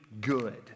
good